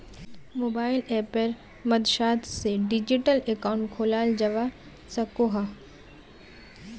mobile अप्पेर मद्साद से डिजिटल अकाउंट खोलाल जावा सकोह